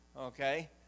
okay